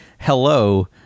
hello